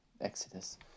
Exodus